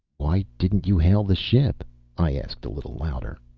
why didn't you hail the ship? i asked, a little louder.